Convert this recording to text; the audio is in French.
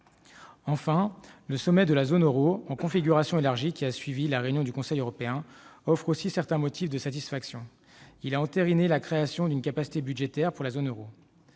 Le sommet de la zone euro en configuration élargie qui a suivi la réunion du Conseil européen offre aussi certains motifs de satisfaction : il a entériné la création d'une capacité budgétaire pour la zone euro.